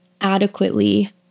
adequately